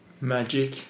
Magic